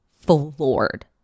floored